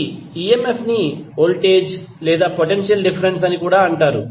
ఈ ఇఎమ్ఎఫ్ ని వోల్టేజ్ లేదా పొటెన్షియల్ డిఫ్ఫరెన్స్ అని కూడా అంటారు